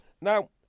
Now